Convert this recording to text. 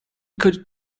could